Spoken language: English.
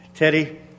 Teddy